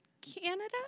canada